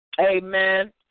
Amen